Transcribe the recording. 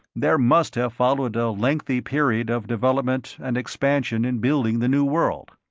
there must have followed a lengthy period of development and expansion in building the new world.